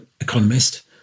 economist